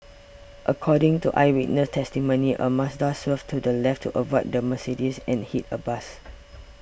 according to eyewitness testimony a Mazda swerved to the left to avoid the Mercedes and hit a bus